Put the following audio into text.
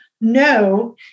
No